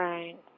Right